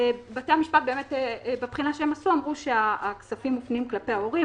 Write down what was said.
בתי המשפט אמרו שהכספים מופנים כלפי ההורים,